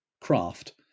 craft